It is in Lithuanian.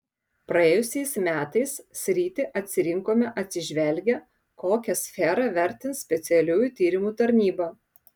praėjusiais metais sritį atsirinkome atsižvelgę kokią sferą vertins specialiųjų tyrimų tarnyba